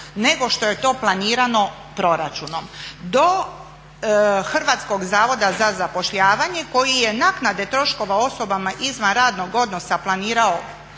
nego što je to planirano proračunom do Hrvatskog zavoda za zapošljavanje koji je naknade troškova osobama izvan radnog odnosa planirao